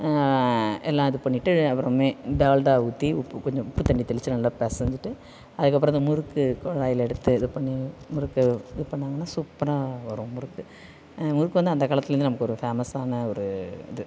எல்லாம் இது பண்ணிட்டு அப்புறமே டால்டாவை ஊற்றி உப்பு கொஞ்சம் உப்பு தண்ணி தெளித்து நல்லா பெசஞ்சிட்டு அதுக்கு அப்புறம் இந்த முறுக்கு குழாயில எடுத்து இது பண்ணி முறுக்கு இது பண்ணாங்கன்னால் சூப்பராக வரும் முறுக்கு முறுக்கு வந்து அந்த காலத்துலேருந்து நமக்கு ஒரு ஃபேமஸான ஒரு இது